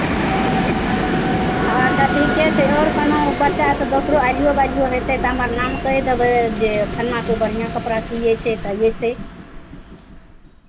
हँ तऽ ठीके छै आओर कोनो बच्चा सभ दोसरो ऐलियो बैलियो हेतै तऽ हमर नाम कहि देबै जे फल्लाँके बढ़िआँ कपड़ा सियै छै तऽ अयतै